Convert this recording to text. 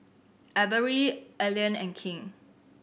Averie Ailene and King